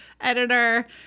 editor